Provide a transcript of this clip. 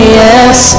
yes